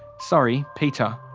sorry peter.